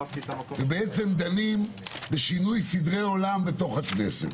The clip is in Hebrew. ודנים בשינוי סדרי עולם בתוך הכנסת.